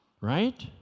Right